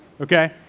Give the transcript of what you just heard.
Okay